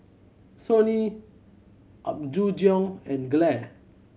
Sony Apgujeong and Gelare